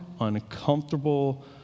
uncomfortable